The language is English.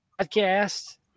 podcast